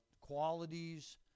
qualities